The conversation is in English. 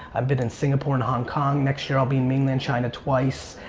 i've been in singapore and hong kong. next year, i'll be in mainland china, twice.